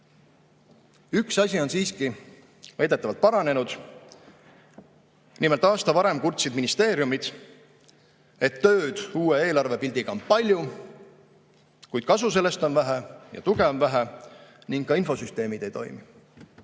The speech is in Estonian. Üks asi on siiski väidetavalt paranenud. Nimelt, aasta varem kurtsid ministeeriumid, et tööd uue eelarvepildiga on palju, kuid kasu sellest on vähe ja tuge on vähe ning ka infosüsteemid ei toimi.